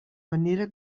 venera